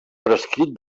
prescrit